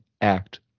act